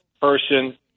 person